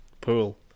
pool